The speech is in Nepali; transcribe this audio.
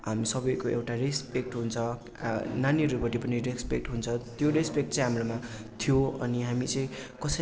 हामी सबैको एउटा रेस्पेक्ट हुन्छ नानीहरूपट्टि पनि रेस्पेक्ट हुन्छ त्यो रेस्पेक्ट चाहिँ हाम्रोमा थियो अनि हामी चाहिँ कसैलाई